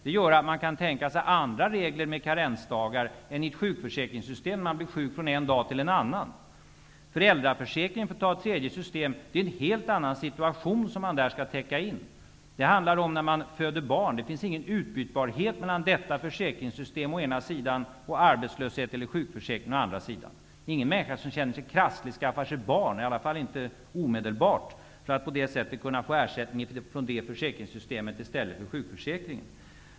Därför kan det behövas andra regler med karensdagar än vad som behövs i ett sjukförsäkringssystem, eftersom man blir sjuk från en dag till en annan. Föräldraförsäkringen, t.ex., skall täcka in en helt annan sitution, dvs. när man föder barn. Det finns ingen utbytbarhet mellan detta försäkringssystem å ena sidan och arbeslöshets eller sjukförsäkring och å andra sidan. Ingen människa som känner sig krasslig skaffar sig barn -- i alla fall inte omedelbart -- för att på det sättet kunna få ersättning från det försäkringssytemet i stället för från sjukförsäkringen.